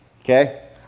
okay